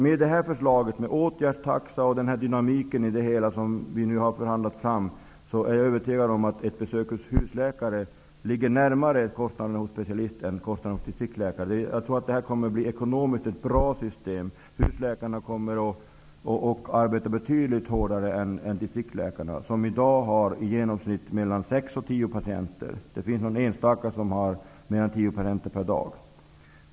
Med förslaget med åtgärdstaxa och med den dynamik som vi nu har förhandlat fram är jag övertygad om att kostnaden för ett besök hos en husläkare ligger närmare kostnaden hos en specialist än kostnaden hos en distriktsläkare. Jag tror att detta ekonomiskt kommer att bli ett bra system. Husläkarna kommer att arbeta betydligt hårdare än vad distriktsläkarna gör i dag. Distriktsläkarna har i dag i genomsnitt sex--tio patienter per dag. Det finns någon enstaka som har mer än tio patienter per dag.